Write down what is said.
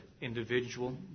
individual